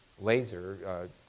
laser